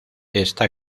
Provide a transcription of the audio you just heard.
está